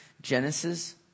Genesis